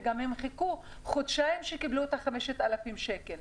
והם חיכו חודשיים עד שקיבלו את 5,000 השקלים.